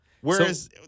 Whereas